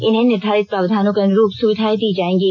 इन्हें निर्धारित प्रावधानों के अनुरूप सुविधाएं दी जाएंगी